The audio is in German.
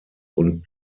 und